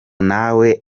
nawe